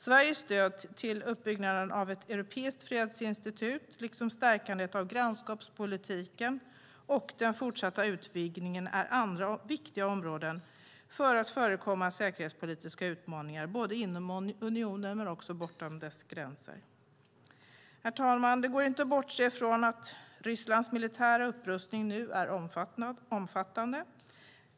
Sveriges stöd till uppbyggnaden av ett europeiskt fredsinstitut liksom stärkandet av grannskapspolitiken och den fortsatta utvidgningen är andra viktiga åtgärder för att förekomma säkerhetspolitiska utmaningar, både inom unionen och bortom dess gränser. Herr talman! Det går inte att bortse från att Rysslands militära upprustning nu är omfattande.